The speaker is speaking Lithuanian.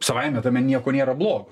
savaime tame nieko nėra blogo